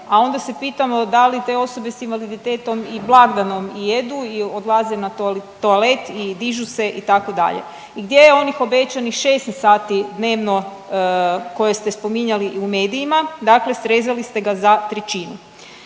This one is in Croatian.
a onda se pitamo da li te osobe s invaliditetom i blagdanom jedu i odlaze na toalet i dižu se, itd. i gdje je onih obećanih 16 sati dnevno koje ste spominjali i u medijima, dakle srezali ste ga za trećinu.